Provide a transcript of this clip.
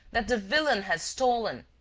that the villain has stolen.